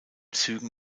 zügen